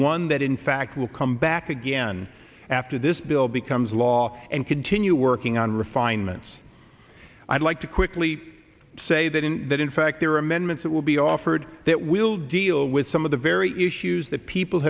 one that in fact will come back again after this bill becomes law and continue working on refinements i'd like to quickly say that in that in fact there are amendments that will be offered that will deal with some of the very issues that people